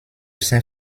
saint